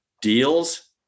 deals